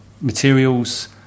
materials